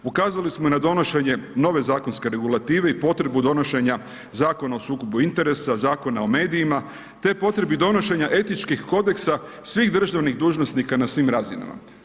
Ukazali smo i na donošenje nove zakonske regulative i potrebu donošenje Zakona o sukobu interesa, Zakona o medijima, te potrebi donošenja etičkih kodeksa, svih državnih dužnosnika, na svim razinama.